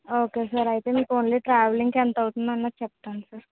okay sir అయితే మీకు only travelling కి ఎంత అవుతుంది అన్నది చెప్తాను సార్